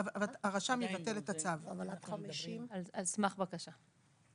על סמך בקשה.